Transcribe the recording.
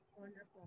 wonderful